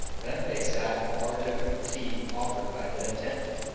then they sat and partook of the tea offered by the attendant.